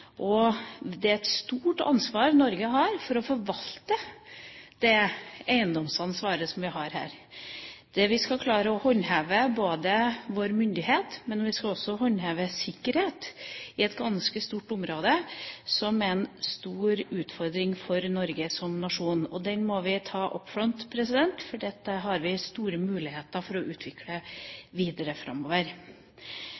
og det er et stort ansvar Norge har når vi skal forvalte det eiendomsansvaret som vi har her, der vi skal klare å håndheve både vår myndighet og også sikkerheten i et ganske stort område. Det er en stor utfordring for Norge som nasjon, og den må vi ta «up front», for det har vi store muligheter for å utvikle